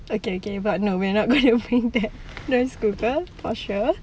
okay okay no but we're not going to bring that rice cooker for sure